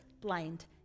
blind